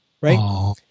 right